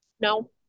No